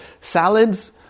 salads